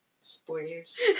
Spoilers